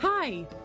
Hi